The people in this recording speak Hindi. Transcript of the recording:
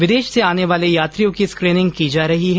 विदेश से आने वाले यात्रियों की स्कीनिंग की जा रही है